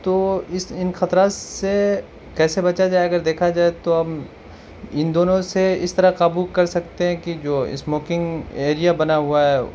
تو اس ان خطرات سے کیسے بچا جائے اگر دیکھا جائے تو ہم ان دونوں سے اس طرح قابو کر سکتے ہیں کہ جو اسموکنگ ایریا بنا ہوا ہے